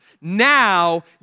Now